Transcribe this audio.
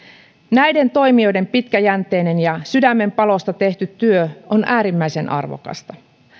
näiden toimijoiden pitkäjänteinen ja sydämenpalosta tehty työ on äärimmäisen arvokasta